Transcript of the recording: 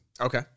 Okay